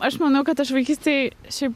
aš manau kad aš vaikystėj šiaip